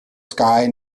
sky